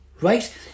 right